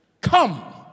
Come